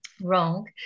wrong